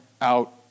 out